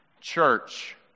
Church